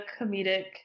comedic